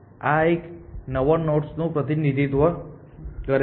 આ એક તે નવા નોડ્સનું પ્રતિનિધિત્વ કરે છે